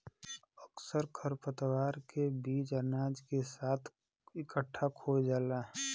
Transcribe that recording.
अक्सर खरपतवार के बीज अनाज के साथ इकट्ठा खो जाला